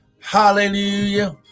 Hallelujah